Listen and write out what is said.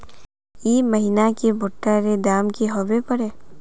ई महीना की भुट्टा र दाम की होबे परे?